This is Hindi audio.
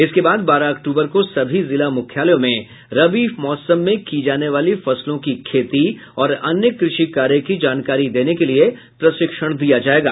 इसके बाद बारह अक्टूबर को सभी जिला मुख्यालयों में रबी मौसम में की जाने वाली फसलों की खेती और अन्य कृषि कार्य की जानकारी देने के लिए प्रशिक्षण दिया जायेगा